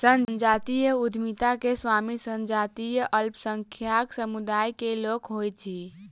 संजातीय उद्यमिता मे स्वामी संजातीय अल्पसंख्यक समुदाय के लोक होइत अछि